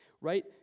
Right